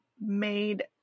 made